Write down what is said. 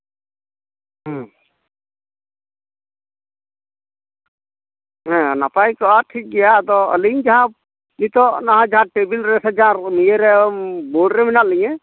ᱦᱩᱸ ᱦᱮᱸ ᱱᱟᱯᱟᱭ ᱠᱚᱜᱼᱟ ᱴᱷᱤᱠᱜᱮᱭᱟ ᱟᱫᱚ ᱟᱞᱤᱧ ᱡᱟᱦᱟᱸ ᱱᱤᱛᱳᱜ ᱚᱱᱟ ᱴᱮᱵᱤᱞ ᱨᱮ ᱥᱟᱡᱟᱣ ᱱᱤᱭᱟᱹ ᱨᱮ ᱵᱳᱲ ᱨᱮ ᱢᱮᱱᱟᱜ ᱞᱤᱧᱟᱹ